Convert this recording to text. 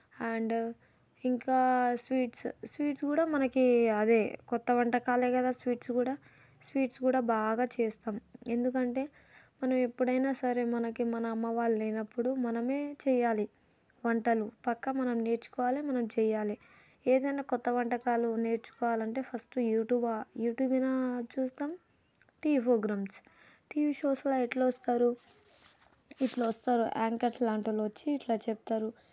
and ఇంకా sweets sweets కూడా మనకి అదే కొత్త వంటకాలే కదా స్వీట్స్ కూడా స్వీట్స్ కూడా బాగా చేస్తాం ఎందుకంటే మనం ఎప్పుడైనా సరే మనకి మన అమ్మ వాళ్ళు లేనప్పుడు మనమే చేయాలి వంటలు పక్క మనం నేర్చుకోవాలి మనం చేయాలి ఏదైనా కొత్త వంటకాలు నేర్చుకోవాలంటే ఫస్ట్ యూట్యూబ్ యూట్యూబ్ అయినా చూస్తాం టీవీ ప్రోగ్రామ్స్ టీవీ షోస్లో ఎట్ల వస్తారు ఇట్ల వస్తారు యాంకర్స్ లాంటి వాళ్ళువచ్చి ఇట్లా చెప్తారు